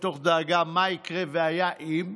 מתוך דאגה מה יקרה והיה אם.